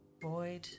Void